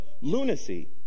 lunacy